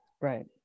Right